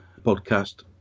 podcast